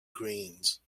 greens